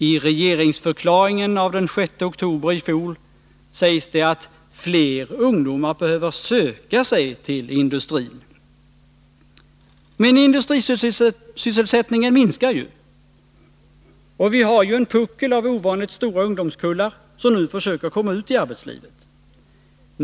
I regeringsförklaringen av den 6 oktober i fjol sägs det att fler ungdomar behöver söka sig till industrin. Men industrisysselsättningen minskar ju. Och vi har ju en puckel av ovanligt stora ungdomskullar som nu försöker komma ut i arbetslivet.